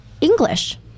English